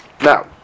Now